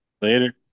Later